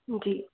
जी